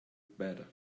better